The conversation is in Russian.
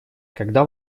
когда